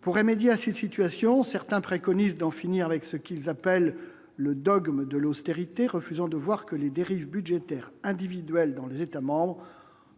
pour remédier à cette situation, certains préconisent d'en finir avec ce qu'ils appellent le dogme de l'austérité, refusant de voir que les dérives budgétaires individuel dans les États-membres